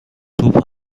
توپ